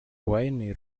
wayne